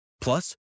Plus